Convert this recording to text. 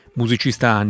musicista